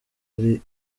ari